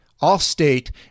all-state